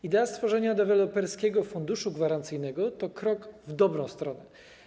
Idea stworzenia Deweloperskiego Funduszu Gwarancyjnego to krok w dobrą stronę.